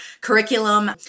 curriculum